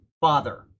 father